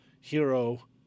Hero